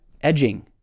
edging